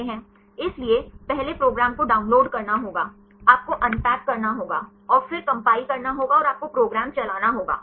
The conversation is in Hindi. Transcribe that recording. इसलिए पहले प्रोग्राम को डाउनलोड करना होगा आपको अनपैक करना होगा और फिर कंपाइल करना होगा और आपको प्रोग्राम चलाना होगा